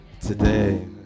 today